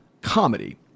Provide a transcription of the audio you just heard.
comedy